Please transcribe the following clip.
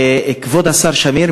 כבוד השר שמיר,